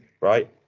Right